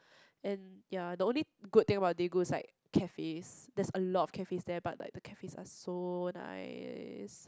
in ya the only good thing about Daegu is like cafes there's a lot of cafes there but like the cafes are so nice